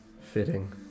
fitting